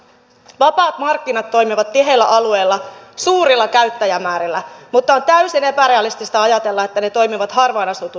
vapaat markkinat toimivat tiheillä alueilla suurilla käyttäjämäärillä mutta on täysin epärealistista ajatella että ne toimivat harvaan asutuilla alueilla